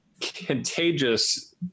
contagious